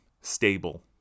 stable